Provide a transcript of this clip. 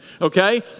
Okay